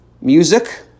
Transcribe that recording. music